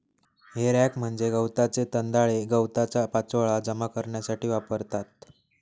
हे रॅक म्हणजे गवताचे दंताळे गवताचा पाचोळा जमा करण्यासाठी वापरतात